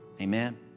Amen